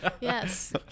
Yes